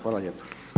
Hvala lijepa.